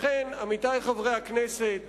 לכן, עמיתי חברי הכנסת,